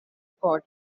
squad